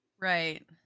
Right